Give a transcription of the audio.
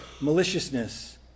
maliciousness